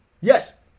Yes